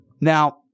now